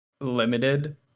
limited